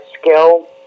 skill